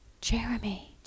jeremy